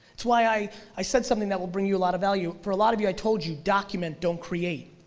that's why i i said something that will bring you a lot of value, for a lot of you i told you, document, don't create,